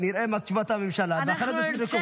נראה מה תשובת הממשלה, ואחרי זה תבדקו.